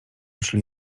szli